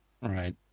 right